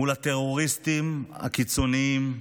מול הטרוריסטים הקיצוניים,